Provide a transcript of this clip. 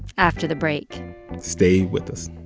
after the break stay with us